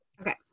okay